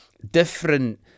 different